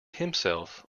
himself